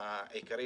לוועדה עצמה.